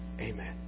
Amen